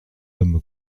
homme